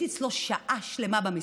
הייתי אצלו שעה שלמה במשרד,